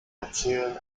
erzählen